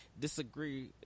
disagree